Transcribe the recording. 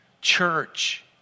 church